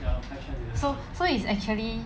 so so is actually